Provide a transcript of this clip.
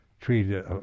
treated